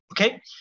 Okay